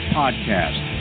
podcast